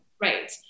Right